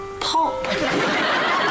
pop